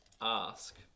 ask